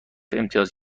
امتیاز